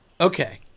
Okay